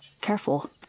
Careful